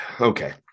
okay